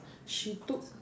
she took